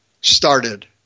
started